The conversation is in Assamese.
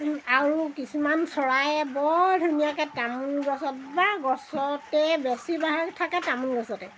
আৰু কিছুমান চৰায়ে বৰ ধুনীয়াকৈ তামোল গছত বা গছতে বেছিভাগ থাকে তামোল গছতে